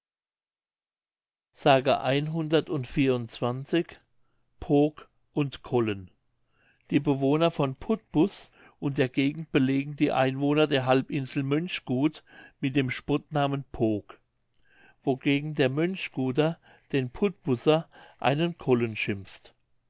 s pook und kollen die bewohner von putbus und der gegend belegen die einwohner der halbinsel mönchgut mit dem spottnamen pook wogegen der mönchguter den putbusser einen kollen schimpft